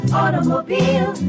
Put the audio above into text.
automobile